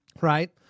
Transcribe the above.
Right